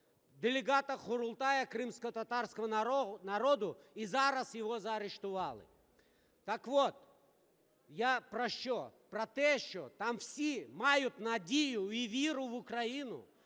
делегата Курултаю кримськотатарського народу, і зараз його заарештували. Так от я про що? Про те, що там всі мають надію і віру в Україну,